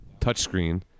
touchscreen